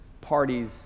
parties